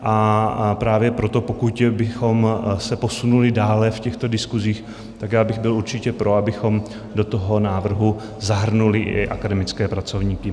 A právě proto, pokud bychom se posunuli dále v těchto diskusích, tak bych byl určitě pro, abychom do toho návrhu zahrnuli i akademické pracovníky.